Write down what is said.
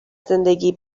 زندگی